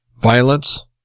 violence